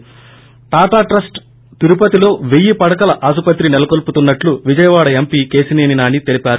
ి టాటా ట్రస్ట్ తిరుపతిలో పెయ్యి పడకల ఆస్పత్రి నెలకొల్పుతున్నట్లు విజయవాడ ఎంపీ కేశిసేని నాని తెలిపారు